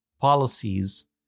policies